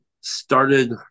started